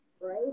Right